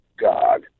God